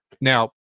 Now